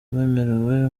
bemerewe